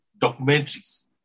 documentaries